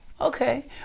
okay